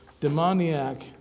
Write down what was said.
demoniac